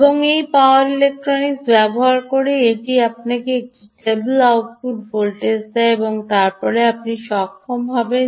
এবং এই power electronics ব্যবহার করে এটি আপনাকে এই টেবিল আউটপুট ভোল্টেজ দেয় এবং তারপরে আপনি সক্ষম হবেন